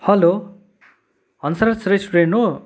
hello Hansraj restaurant हो